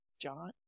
John